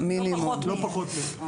לא פחות מ-.